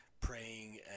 praying